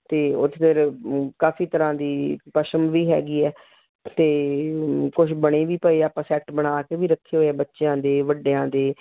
ਅਤੇ ਉੱਥੇ ਫਿਰ ਕਾਫ਼ੀ ਤਰ੍ਹਾਂ ਦੀ ਪਛਮ ਵੀ ਹੈਗੀ ਹੈ ਅਤੇ ਕੁਛ ਬਣੇ ਵੀ ਪਏ ਆਪਾਂ ਸੈੱਟ ਬਣਾ ਕੇ ਵੀ ਰੱਖੇ ਹੋਏ ਹੈ ਬੱਚਿਆਂ ਦੇ ਵੱਡਿਆਂ ਦੇ